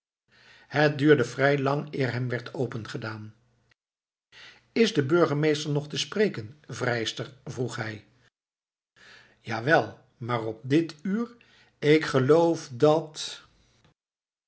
het duurde vrij lang eer hem werd opengedaan is de burgemeester nog te spreken vrijster vroeg hij jawel maar op dit uur ik geloof dat